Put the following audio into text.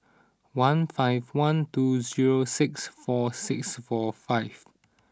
one five one two zero six four six four five